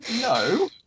No